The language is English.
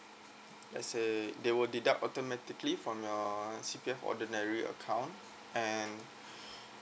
as in they will deduct automatically on your C_P_F ordinary account and